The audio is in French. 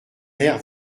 air